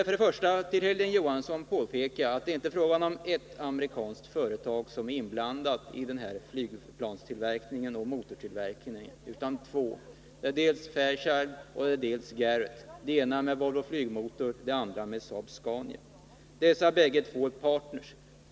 För det första vill jag påpeka för Hilding Johansson att det är inte ett företag som är inblandat i den här flygplanstillverkningen och motortillverk ningen, utan två. Det är dels Garrett, dels Fairchild — det ena med Volvo Flygmotor, det andra med Saab-Scania. Dessa två är partner.